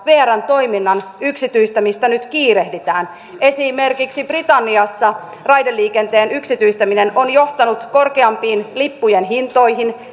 vrn toiminnan yksityistämistä nyt kiirehditään esimerkiksi britanniassa raideliikenteen yksityistäminen on johtanut korkeampiin lippujen hintoihin